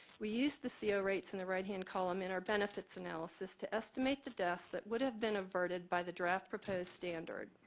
we used the co ah rates in the right-hand column in our benefits analysis to estimate the deaths that would have been averted by the draft proposed standard.